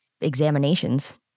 examinations